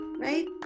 right